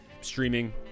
streaming